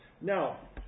Now